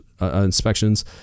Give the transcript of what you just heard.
inspections